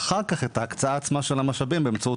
ואחר כך את ההקצאה עצמה של המשאבים באמצעות